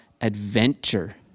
adventure